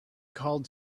called